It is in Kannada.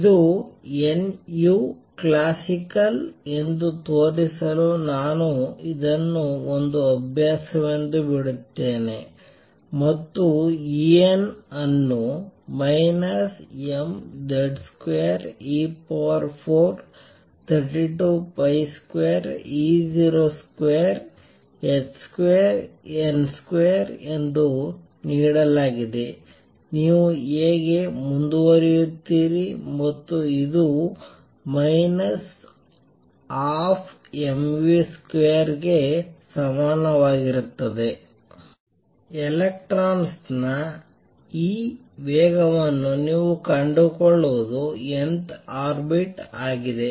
ಇದು nu ಕ್ಲಾಸಿಕಲ್ ಎಂದು ತೋರಿಸಲು ನಾನು ಇದನ್ನು ಒಂದು ಅಭ್ಯಾಸವೆಂದು ಬಿಡುತ್ತೇನೆ ಮತ್ತು En ಅನ್ನು mZ2e432202h2n2 ಎಂದು ನೀಡಲಾಗಿದ್ದು ನೀವು ಹೇಗೆ ಮುಂದುವರಿಯುತ್ತೀರಿ ಮತ್ತು ಇದು 12mv2 ಗೆ ಸಮನಾಗಿರುತ್ತದೆ ಎಲೆಕ್ಟ್ರಾನ್ ನ ಈ ವೇಗವನ್ನು ನೀವು ಕಂಡುಕೊಳ್ಳುವುದು nth ಆರ್ಬಿಟ್ ಆಗಿದೆ